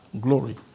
glory